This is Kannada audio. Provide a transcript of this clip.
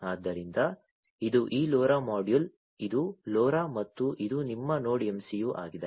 ಆದ್ದರಿಂದ ಇದು ಈ LoRa ಮಾಡ್ಯೂಲ್ ಇದು LoRa ಮತ್ತು ಇದು ನಿಮ್ಮ ನೋಡ್ MCU ಆಗಿದೆ